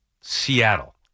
Seattle